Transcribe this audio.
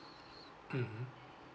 mmhmm